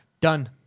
Done